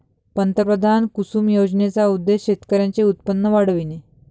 पंतप्रधान कुसुम योजनेचा उद्देश शेतकऱ्यांचे उत्पन्न वाढविणे